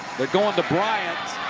they're going to bryant.